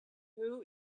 who